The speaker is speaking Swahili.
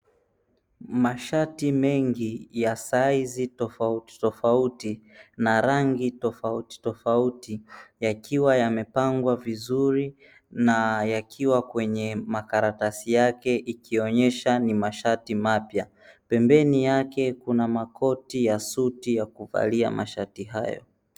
Mashati mengi ya saizi tofautitofauti na rangi tofautitofauti yakiwa yamepangwa vizuri na yakiwa kwenye makaratasi yake ikionesha ni mashati mapya pembeni yake kuna makoti ya suti ya kuvalia mashati hayo.